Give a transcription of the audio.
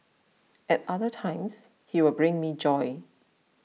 at other times he will bring me joy